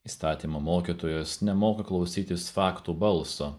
įstatymo mokytojas nemoka klausytis faktų balso